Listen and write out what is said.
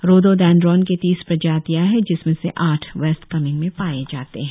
rhododendron के तीस प्रजातियां है जिसमें से आठ वेस्ट कामेंग में पाए जाते है